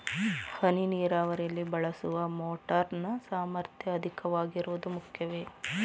ಹನಿ ನೀರಾವರಿಯಲ್ಲಿ ಬಳಸುವ ಮೋಟಾರ್ ನ ಸಾಮರ್ಥ್ಯ ಅಧಿಕವಾಗಿರುವುದು ಮುಖ್ಯವೇ?